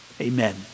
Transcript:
amen